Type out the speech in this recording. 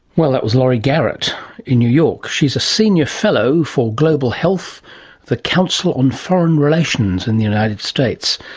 well, that was laurie garrett in new york. she is a senior fellow for global health, at the council on foreign relations in the united states.